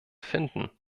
finden